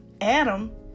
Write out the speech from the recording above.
Adam